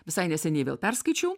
visai neseniai vėl perskaičiau